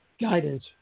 guidance